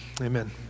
Amen